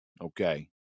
Okay